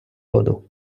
воду